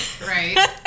Right